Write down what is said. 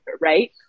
right